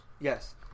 Yes